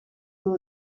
door